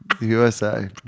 USA